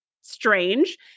strange